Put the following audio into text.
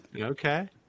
okay